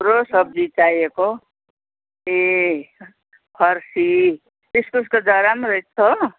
थुप्रो सब्जी चाहिएको ए फर्सी इस्कुसको जरा रहेछ हो